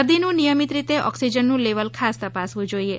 દર્દીનું નિયમિત રીતે ઓક્સીજનનું લેવલ ખાસ તપાસવું જોઇએ